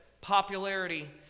popularity